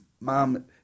mom